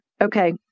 Okay